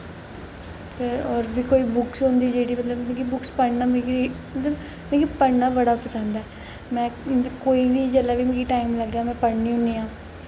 होर बी फिर जेह्ड़ी बुक्स होंदी मतलब मिगी बुक्स मतलब मिगी पढ़ना बड़ा पसंद ऐ कोई बी जिसलै मिगी टैम लग्गै में पढ़नी होन्नी आं